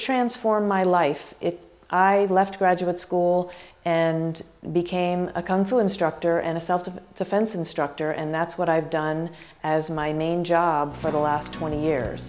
transformed my life if i left graduate school and became a kung fu instructor and a self defense instructor and that's what i've done as my main job for the last twenty years